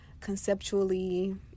conceptually